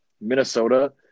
Minnesota